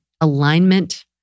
alignment